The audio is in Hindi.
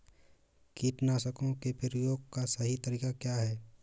कीटनाशकों के प्रयोग का सही तरीका क्या है?